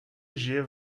žije